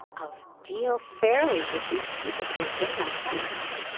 of deal fairly with these people who have been my friends